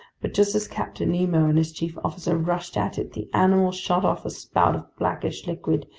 but just as captain nemo and his chief officer rushed at it, the animal shot off a spout of blackish liquid,